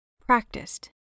practiced